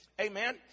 Amen